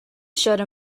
shadow